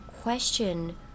Question